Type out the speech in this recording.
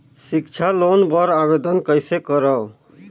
सिक्छा लोन बर आवेदन कइसे करव?